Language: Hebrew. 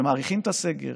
ומאריכים את הסגר,